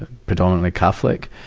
ah predominantly catholic.